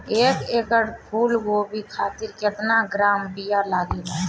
एक एकड़ फूल गोभी खातिर केतना ग्राम बीया लागेला?